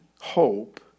hope